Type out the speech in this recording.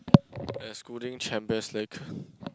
excluding Champions-League